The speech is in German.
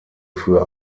für